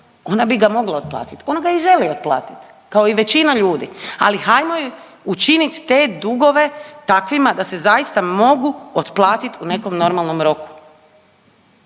ona bi ga mogla otplatiti, ona ga i želi otplatiti, kao i većina ljudi, ali hajmo joj učiniti te dugove takvima da se zaista mogu otplatiti u nekom normalnom roku